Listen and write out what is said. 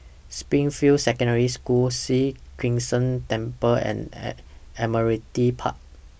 Springfield Secondary School Sri Krishnan Temple and At Admiralty Park